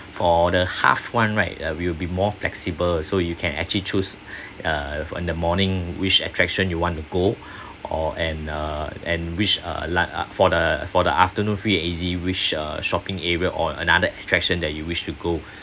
for the half one right uh will be more flexible so you can actually choose uh in the morning which attraction you want to go or and and uh and which uh lun~ uh for the for the afternoon free and easy which uh shopping area or another attraction that you wish to go